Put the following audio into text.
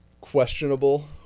questionable